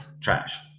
Trash